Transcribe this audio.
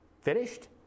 finished